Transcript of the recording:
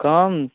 कम